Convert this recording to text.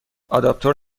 آداپتور